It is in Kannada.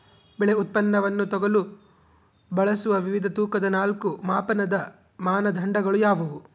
ಬೆಳೆ ಉತ್ಪನ್ನವನ್ನು ತೂಗಲು ಬಳಸುವ ವಿವಿಧ ತೂಕದ ನಾಲ್ಕು ಮಾಪನದ ಮಾನದಂಡಗಳು ಯಾವುವು?